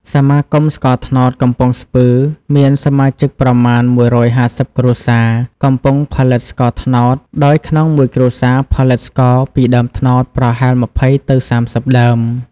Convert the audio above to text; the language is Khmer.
សមាគមស្ករត្នោតកំពង់ស្ពឺ មានសមាជិកប្រមាណ១៥០ គ្រួសារ កំពុងផលិតស្ករត្នោត ដោយក្នុងមួយគ្រួសារផលិតស្ករ ពីដើមត្នោតប្រហែល២០ទៅ៣០ដើម។